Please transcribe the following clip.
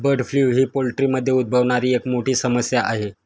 bird flu ही पोल्ट्रीमध्ये उद्भवणारी एक मोठी समस्या आहे